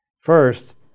First